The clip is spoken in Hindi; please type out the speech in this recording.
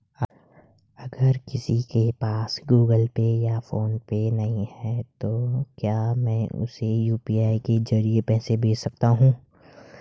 अगर किसी के पास गूगल पे या फोनपे नहीं है तो क्या मैं उसे यू.पी.आई के ज़रिए पैसे भेज सकता हूं?